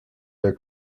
der